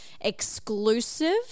exclusive